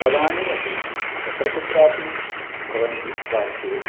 पदानि अपि यत्र कुत्रापि भवन्ति वाक्ये